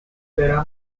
será